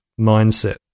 mindset